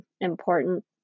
important